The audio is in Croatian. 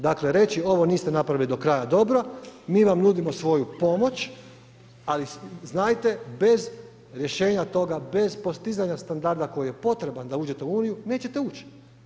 Dakle, reći ovo niste napravili do kraja dobro, mi vam nudimo svoju pomoć, ali znajte bez rješenja toga, bez postizanja standarda koji je potreban da uđete u EU, nećete ući.